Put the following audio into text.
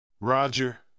Roger